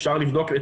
אפשר לבדוק,